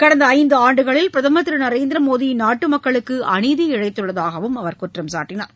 கடந்த ஐந்து ஆண்டுகளில் பிரதம் திரு நரேந்திரமோடி நாட்டு மக்களுக்கு அநீதி இழைத்துள்ளதாகவும் அவர் குற்றம்சாட்டினார்